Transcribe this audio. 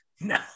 no